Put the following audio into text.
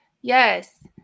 Yes